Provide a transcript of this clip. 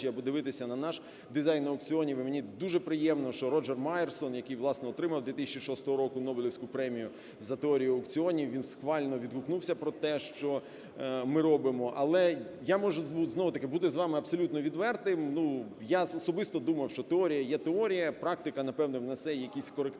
або дивитися на наш дизайн аукціонів. І мені дуже приємно, що Роджер Маєрсон, який, власне, отримав в 2006 року Нобелівську премію за теорію аукціонів, він схвально відгукнувся про те, що ми робимо. Але я можу знову-таки бути з вами абсолютно відвертим, я особисто думав, що теорія є теорія, практика, напевно, внесе якісь корективи